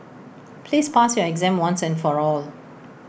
please pass your exam once and for all